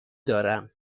دارم